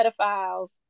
pedophiles